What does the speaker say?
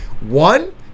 One